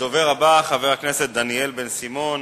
הדובר הבא, חבר הכנסת דניאל בן-סימון,